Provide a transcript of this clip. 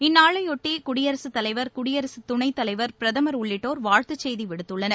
இந்நாளைபொட்டி குடியரசுத் தலைவர் குடியரசு துணைத்தலைவர் பிரதமர் உள்ளிட்டோர் வாழ்த்து செய்தி விடுத்துள்ளனர்